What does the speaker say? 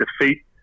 defeat